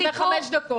לפני חמש דקות.